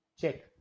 check